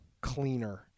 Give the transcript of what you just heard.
cleaner